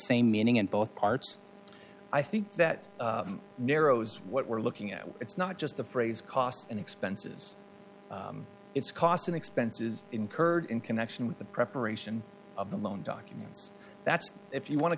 same meaning in both parts i think that narrows what we're looking at it's not just the phrase costs and expenses it's cost and expenses incurred in connection with the preparation of the loan documents that's if you want to